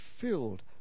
filled